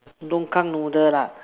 longkang noodle lah